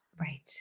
Right